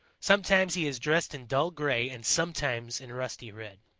sometimes he is dressed in dull gray and sometimes in rusty red.